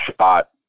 shot